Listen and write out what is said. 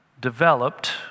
developed